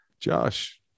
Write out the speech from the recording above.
Josh